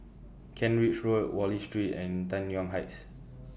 Kent Ridge Road Wallich Street and Tai Yuan Heights